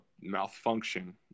malfunction